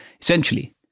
Essentially